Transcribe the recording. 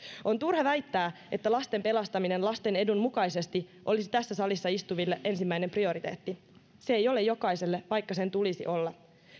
on turha väittää että lasten pelastaminen lasten edun mukaisesti olisi tässä salissa istuville ensimmäinen prioriteetti se ei ole sitä jokaiselle vaikka sen tulisi olla